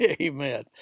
Amen